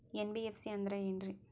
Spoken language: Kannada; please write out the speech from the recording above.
ಎನ್.ಬಿ.ಎಫ್.ಸಿ ಅಂದ್ರ ಏನ್ರೀ?